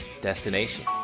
destination